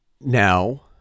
Now